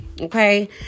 Okay